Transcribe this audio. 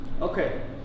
Okay